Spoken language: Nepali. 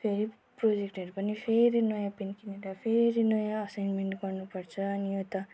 फेरि प्रोजेक्टहरू पनि फेरि नयाँ पेन किनेर फेरि नयाँ असाइनमेन्ट गर्नुपर्छ अनि यो त